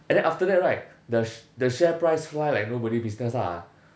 and then after that right the sh~ the share price fly like nobody business lah